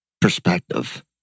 perspective